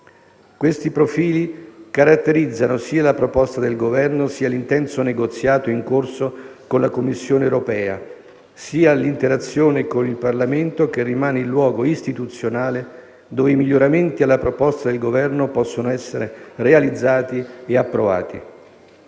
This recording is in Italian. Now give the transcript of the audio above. Questi profili caratterizzano sia la proposta del Governo, sia l'intenso negoziato in corso con la Commissione europea, sia l'interazione con il Parlamento, che rimane il luogo istituzionale dove i miglioramenti alla proposta del Governo possono essere realizzati e approvati.